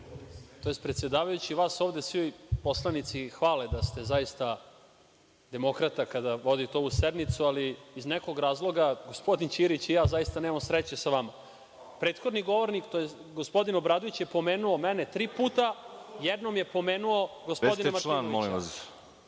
tj. predsedavajući, vas ovde svi poslanici hvale da ste zaista demokrata kada vodite ovu sednicu, ali iz nekog razloga gospodin Ćirić i ja zaista nemamo sreće sa vama. Prethodni govornik, tj. gospodin Obradović je pomenuo mene tri puta, jednom je pomenuo gospodina Martinovića.